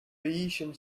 bayesian